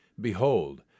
Behold